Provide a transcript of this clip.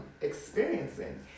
experiencing